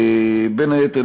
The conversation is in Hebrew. בין היתר,